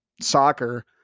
soccer